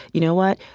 you know what?